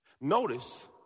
Notice